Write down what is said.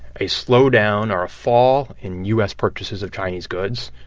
a slowdown or a fall in u s. purchases of chinese goods,